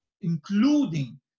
including